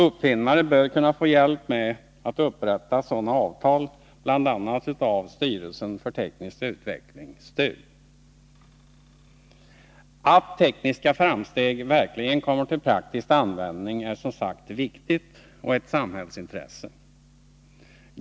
Uppfinnaren bör kunna få hjälp med att upprätta sådana avtal Att tekniska framsteg verkligen kommer till praktisk användning är som sagt viktigt och ett samhällsintresse.